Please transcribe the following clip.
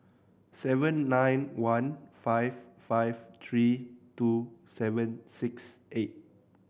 seven nine one five five three two seven six eight